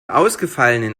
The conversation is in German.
ausgefallenen